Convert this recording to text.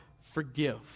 forgive